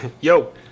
yo